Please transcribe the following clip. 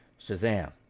Shazam